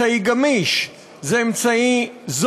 זה אמצעי גמיש,